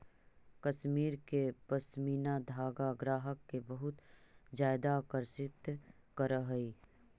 कश्मीर के पशमीना धागा ग्राहक के बहुत ज्यादा आकर्षित करऽ हइ